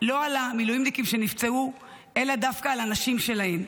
לא על המילואימניקים שנפצעו אלא דווקא על הנשים שלהם.